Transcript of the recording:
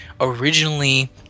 originally